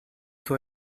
toi